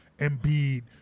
Embiid